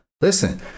listen